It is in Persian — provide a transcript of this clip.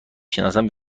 شناسم